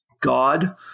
God